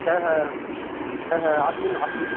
হ্যাঁ হ্যাঁ হ্যাঁ হ্যাঁ আসুন আসুন